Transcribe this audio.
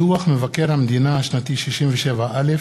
דוח מבקר המדינה השנתי 67א,